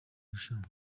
irushanwa